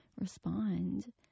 respond